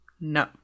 No